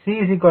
15m உள்ளது